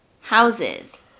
houses